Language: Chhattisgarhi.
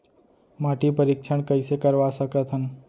माटी परीक्षण कइसे करवा सकत हन?